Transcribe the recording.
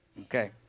Okay